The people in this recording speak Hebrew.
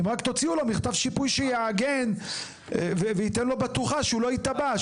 אם רק תוציאו לו מכתב שיפוי שיעגן וייתן לו בטוחה שהוא לא ייתבע,